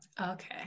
Okay